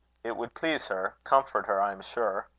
it would please her comfort her, i am sure.